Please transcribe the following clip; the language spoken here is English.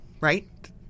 right